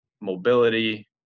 mobility